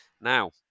Now